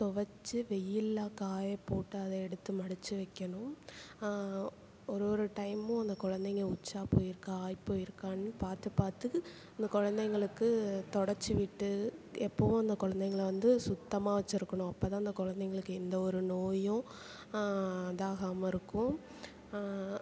தொவைச்சி வெயிலில் காய போட்டு அதை எடுத்து மடித்து வைக்கணும் ஒரு ஒரு டைமும் அந்த குழந்தைங்க உச்சா போய்ருக்கா ஆய் போய்ருக்கான்னு பார்த்து பார்த்து அந்த குழந்தைங்களுக்கு தொடைச்சிவிட்டு எப்போதும் அந்த குழந்தைங்கள வந்து சுத்தமாக வெச்சுருக்கணும் அப்போ தான் அந்த குழந்தைங்களுக்கு எந்தவொரு நோயும் இதாகாமல் இருக்கும்